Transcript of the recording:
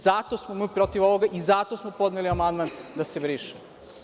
Zato smo mi protiv ovoga i zato smo podneli amandman da se briše.